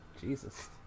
jesus